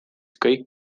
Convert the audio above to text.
kõik